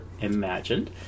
Imagined